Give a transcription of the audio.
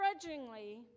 grudgingly